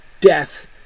Death